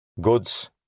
Goods